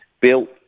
built